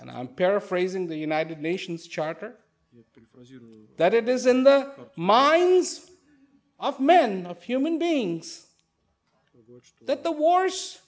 and i'm paraphrasing the united nations charter that it is in the minds of men of human beings that the wars